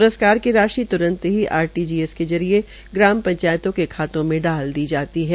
प्रस्कार की राशि त्रंत ही आरटीजीएस के जरिये ग्राम पंचायतों के खातों में डाल दी जाती है